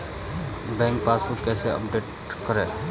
Bank passbook कैसे update करें?